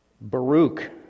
Baruch